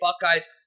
Buckeyes